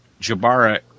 Jabara